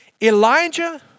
Elijah